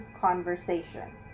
conversation